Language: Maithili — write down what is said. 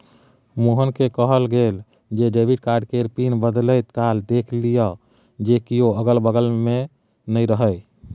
मोहनकेँ कहल गेल जे डेबिट कार्ड केर पिन बदलैत काल देखि लिअ जे कियो अगल बगल नै रहय